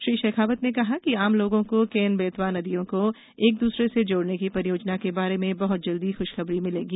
श्री शेखावत ने कहा कि आम लोगों को केन बेतवा नदियों को एक दूसरे से जोड़ने की परियोजना के बारे में बहत जल्द ख्शखबरी मिलेगी